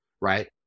right